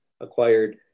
acquired